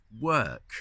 work